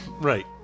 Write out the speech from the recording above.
right